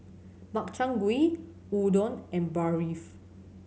Makchang Gui Udon and Barfi